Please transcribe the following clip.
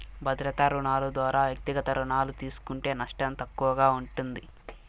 భద్రతా రుణాలు దోరా వ్యక్తిగత రుణాలు తీస్కుంటే నష్టం తక్కువగా ఉంటుంది